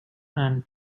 and